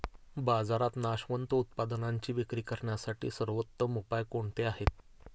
बाजारात नाशवंत उत्पादनांची विक्री करण्यासाठी सर्वोत्तम उपाय कोणते आहेत?